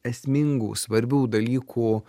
esmingų svarbių dalykų